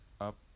Up